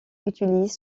utilise